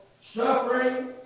suffering